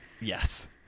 Yes